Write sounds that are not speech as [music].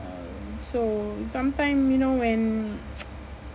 um so sometime you know when [noise]